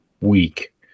week